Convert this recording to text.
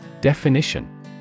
Definition